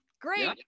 great